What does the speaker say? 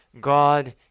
God